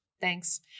thanks